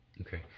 Okay